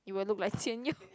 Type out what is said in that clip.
you will look like Jian-You